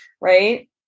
right